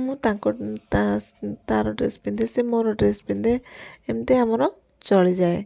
ମୁଁ ତାଙ୍କ ତା'ର ଡ୍ରେସ୍ ପିନ୍ଧେ ସେ ମୋର ଡ୍ରେସ୍ ପିନ୍ଧେ ଏମିତି ଆମର ଚଳିଯାଏ